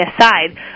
aside